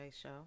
Show